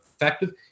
effective